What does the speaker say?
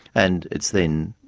and it's then,